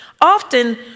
Often